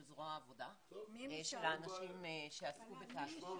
של האנשים שעסקו בתעסוקה.